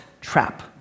trap